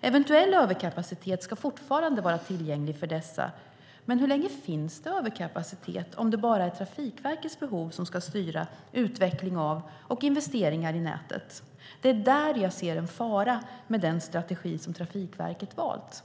Eventuell överkapacitet ska fortfarande vara tillgänglig för dessa. Men hur länge finns det överkapacitet om det bara är Trafikverkets behov som ska styra utveckling av och investeringar i nätet? Det är där jag ser en fara med den strategi som Trafikverket valt.